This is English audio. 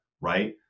right